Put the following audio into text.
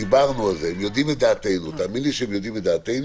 דיברנו על זה, תאמין לי שהם יודעים את דעתנו.